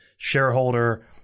shareholder